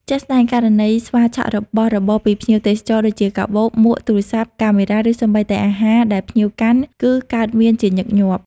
ជាក់ស្ដែង ករណីស្វាឆក់របស់របរពីភ្ញៀវទេសចរដូចជា កាបូប មួក ទូរសព្ទ កាមេរ៉ា ឬសូម្បីតែអាហារដែលភ្ញៀវកាន់ គឺកើតមានជាញឹកញាប់។